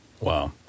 Wow